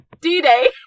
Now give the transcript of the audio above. D-Day